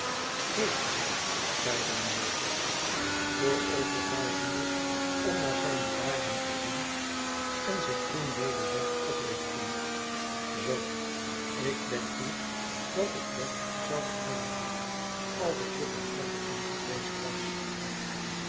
heeft zij zeide mijnheer jaggers vooroverbuigende om naar zijne laarzen te zien en zich toen weder recht oprichtende zoo ik denk niet dat ik dat zou gedaan hebben als ik jufvrouw havisham geweest was